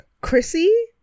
Chrissy